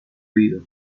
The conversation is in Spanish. vida